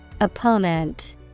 Opponent